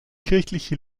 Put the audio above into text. kirchliche